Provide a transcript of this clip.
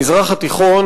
המזרח התיכון,